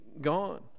gone